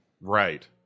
right